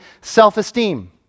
Self-esteem